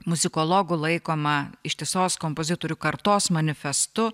muzikologų laikoma ištisos kompozitorių kartos manifestu